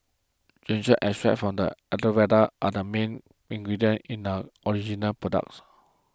ginseng extracts from the Aloe Vera are the main ingredients in the original products